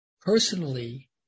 Personally